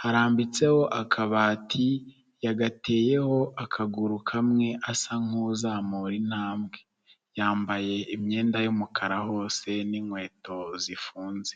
Harambitseho akabati, yagateyeho akaguru kamwe, asa nk'uzamura intambwe. Yambaye imyenda y'umukara hose, n'inkweto zifunze.